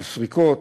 של סריקות,